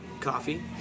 Coffee